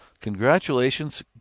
congratulations